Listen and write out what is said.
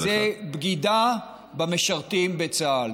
זאת בגידה במשרתים בצה"ל.